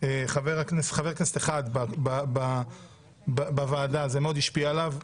חבר כנסת אחד בוועדה זה מאוד השפיע עליו.